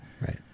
Right